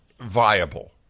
viable